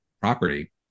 property